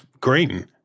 green